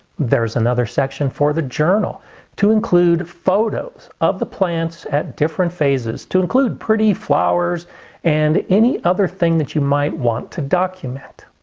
there's another section for the journal to include photos of the plants at different phases to include pretty flowers and any other thing that you might want to document.